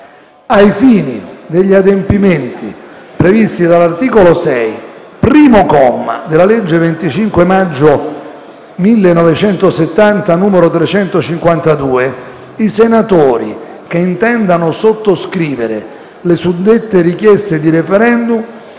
Ai fini degli adempimenti previsti dall'articolo 6, primo comma, della legge 25 maggio 1970, n. 352, i senatori che intendano sottoscrivere le suddette richieste di *referendum*